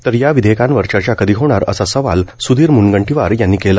तर या विधेयकांवर चर्चा कधी घेणार असा सवाल स्धीर मुनगंटीवार यांनी केला